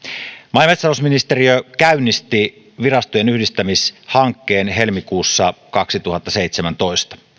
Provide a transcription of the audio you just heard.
maa ja metsätalousministeriö käynnisti virastojen yhdistämishankkeen helmikuussa kaksituhattaseitsemäntoista